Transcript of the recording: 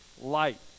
light